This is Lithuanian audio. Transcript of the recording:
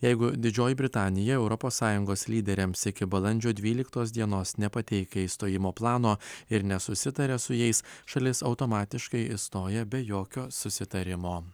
jeigu didžioji britanija europos sąjungos lyderiams iki balandžio dvyliktos dienos nepateikia išstojimo plano ir nesusitaria su jais šalis automatiškai išstoja be jokio susitarimo